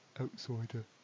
outsider